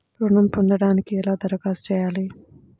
ఋణం పొందటానికి ఎలా దరఖాస్తు చేయాలి?